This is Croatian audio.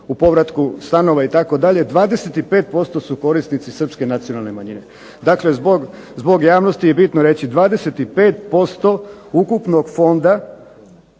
u povratku stanova itd., 25% su korisnici srpske nacionalne manjine. Dakle zbog javnosti je bitno reći 25% ukupnog fonda